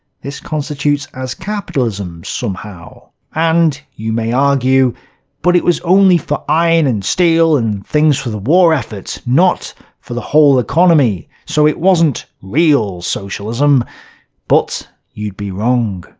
this constitutes as capitalism, somehow. and you may argue but it was only for iron and steel, and things for the war effort, not for the whole economy, so it wasn't real socialism' but you'd be wrong.